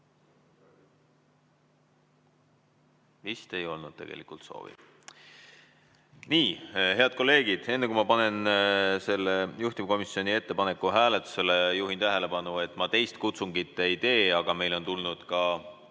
Vist ei olnud tegelikult seda soovi. Nii, head kolleegid, enne kui ma panen juhtivkomisjoni ettepaneku hääletusele, juhin tähelepanu, et ma teist kutsungit ei tee. Aga meile on tulnud ka